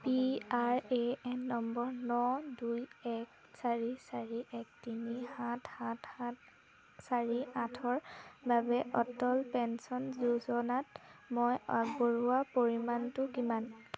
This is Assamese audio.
পিআৰএএন নম্বৰ ন দুই এক চাৰি চাৰি এক তিনি সাত সাত সাত চাৰি আঠৰ বাবে অটল পেঞ্চন যোজনাত মই আগবঢ়োৱা পৰিমাণটো কিমান